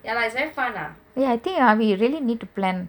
ya lah it's very fun lah